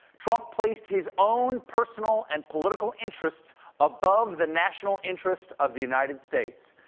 trump placed his own personal and political interests above the national interests of the united states.